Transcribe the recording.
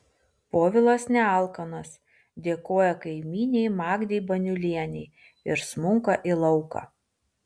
povilas nealkanas dėkoja kaimynei magdei baniulienei ir smunka į lauką